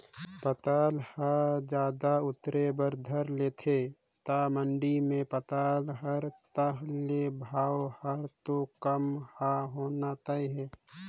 पताल ह जादा उतरे बर धर लेथे त मंडी मे पताल हर ताह ले भाव हर तो कम ह होना तय हे